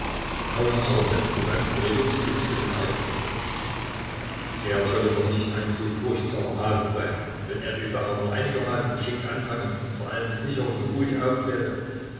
kaumann aber setzte seine überredungskünste mit eifer fort er solle doch nicht ein so furchtsamer hase sein wenn er die sache nur einigermaßen geschickt anfange und vor allem sicher und ruhig aufträte